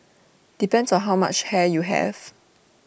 depends on how much hair you have